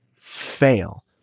fail